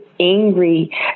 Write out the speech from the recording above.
angry